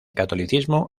catolicismo